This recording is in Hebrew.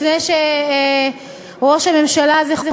לפני שראש הממשלה מנחם בגין,